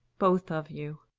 both of you.